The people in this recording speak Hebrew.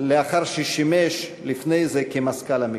לאחר ששימש לפני זה מזכ"ל המפלגה.